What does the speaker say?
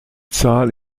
zahl